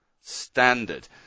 standard